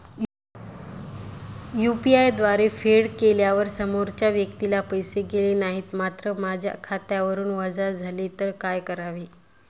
UPI द्वारे फेड केल्यावर समोरच्या व्यक्तीला पैसे गेले नाहीत मात्र माझ्या खात्यावरून वजा झाले तर काय करावे?